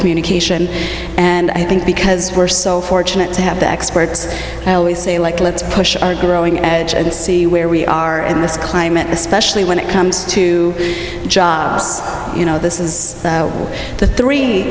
communication and i think because we're so fortunate to have the experts always say like let's push our growing edge and see where we are in this climate especially when it comes to you know this is the three